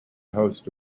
host